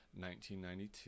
1992